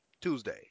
Tuesday